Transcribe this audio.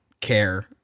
care